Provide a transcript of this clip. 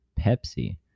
Pepsi